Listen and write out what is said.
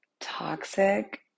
toxic